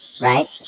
right